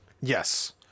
Yes